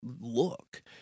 look